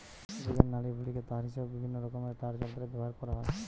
জীবের নাড়িভুঁড়িকে তার হিসাবে বিভিন্নরকমের তারযন্ত্রে ব্যাভার কোরা হয়